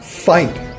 Fight